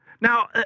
Now